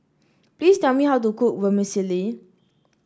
please tell me how to cook Vermicelli